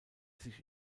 sich